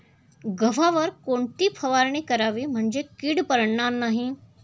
गव्हावर कोणती फवारणी करावी म्हणजे कीड पडणार नाही?